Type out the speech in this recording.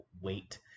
wait